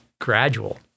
gradual